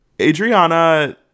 adriana